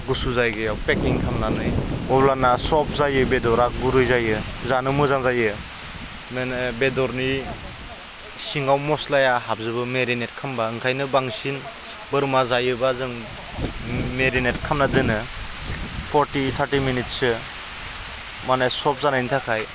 गुसु जायगायाव पेकिं खामनानै अब्लाना सफ्ट जायो बेदरा गुरै जायो जानो मोजां जायो बिदिनो बेदरनि सिङाव मस्लाया हाबजोबो मेरिनेट खालामोबा ओंखायनो बांसिन बोरमा जायोबा जों मेरिनेट खालामना दोनो फर्टि थार्टि मिनिटसो माने सफ्ट जानायनि थाखाय